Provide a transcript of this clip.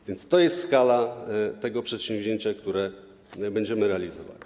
A więc to jest skala tego przedsięwzięcia, które będziemy realizowali.